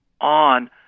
on